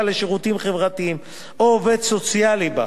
לשירותים חברתיים או עובד סוציאלי בה,